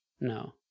No